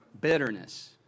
Bitterness